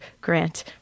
Grant